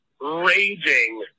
raging